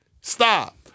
Stop